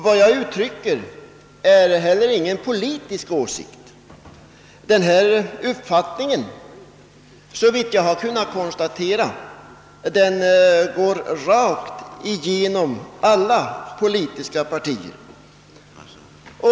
Vad jag här uttrycker är ingen politisk åsikt; såvitt jag har kunnat konstatera går denna reaktion igenom alla politiska partier.